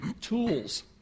tools